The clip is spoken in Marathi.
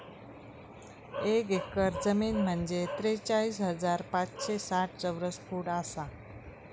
एक एकर जमीन म्हंजे त्रेचाळीस हजार पाचशे साठ चौरस फूट आसा